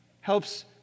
helps